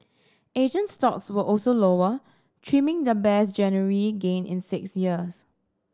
Asian stocks were also lower trimming the best January gain in six years